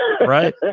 Right